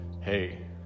hey